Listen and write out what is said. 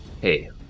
Hey